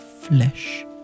flesh